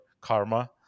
karma